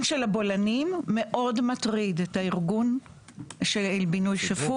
אנחנו כתבנו "רמה שוות ערך",